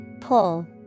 Pull